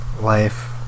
life